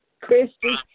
Christie